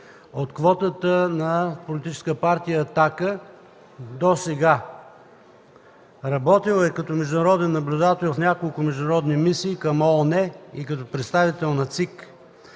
от квотата на Политическа партия „Атака” досега. Работила е като международен наблюдател в няколко международни мисии към ООН и като представител на ЦИК.